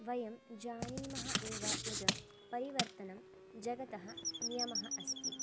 वयं जानीमः एव यत् परिवर्तनं जगतः नियमः अस्ति